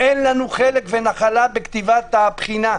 אין לנו חלק ונחלה בכתיבת הבחינה.